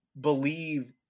believe